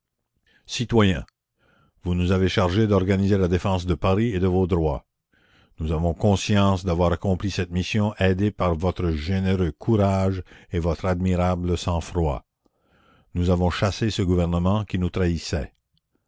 citoyens vous nous avez chargés d'organiser la défense de paris et de vos droits nous avons conscience d'avoir accompli cette mission aidés par votre généreux courage et votre admirable sang-froid nous avons chassé ce gouvernement qui nous trahissait